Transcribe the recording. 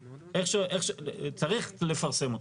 צריך לפרסם אותו.